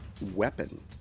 weapon